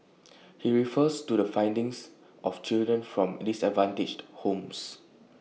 he refers to the findings of children from in disadvantaged homes